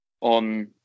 on